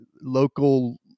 local